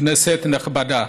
כנסת נכבדה,